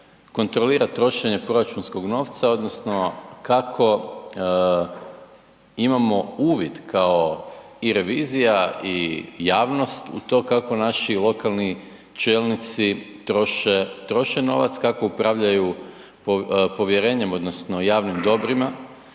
kontrolira trošenje proračunskog novca odnosno kako imamo uvid kao i revizija i javnost u to kako naši lokalni čelnici troše, troše novac, kako upravljaju povjerenjem odnosno javnim dobrima